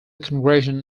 congregation